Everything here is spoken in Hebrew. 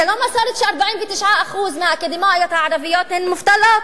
זה לא מסורת ש-49% מהאקדמאיות הערביות הן מובטלות.